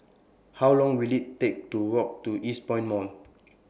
How Long Will IT Take to Walk to Eastpoint Mall